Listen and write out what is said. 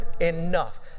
enough